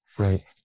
Right